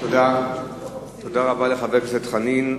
תודה רבה לחבר הכנסת חנין.